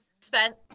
spent